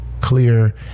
clear